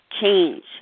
change